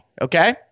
Okay